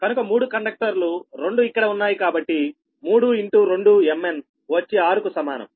కనుక మూడు కండక్టర్లు రెండు ఇక్కడ ఉన్నాయి కాబట్టి 3 x 2 mn వచ్చి 6 కు సమానం